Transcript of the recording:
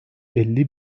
elli